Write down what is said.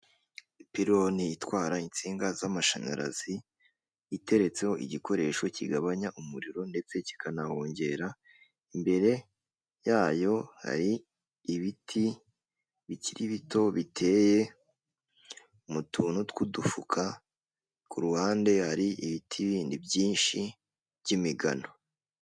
Ipironi itwara insinga z'amashanyarazi, iteretseho igikoresho kigabanya umuriro ndetse kikanawongera imbere yayo hari ibiti bikiri bito biteye mu tuntu tw'udufuka ku ruhande hari ibiti byinshi by'imigano.